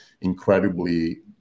incredibly